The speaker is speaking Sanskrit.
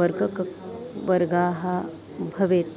वर्गकवर्गाः भवेत्